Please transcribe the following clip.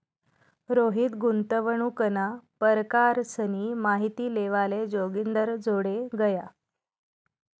रोहित गुंतवणूकना परकारसनी माहिती लेवाले जोगिंदरजोडे गया